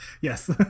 Yes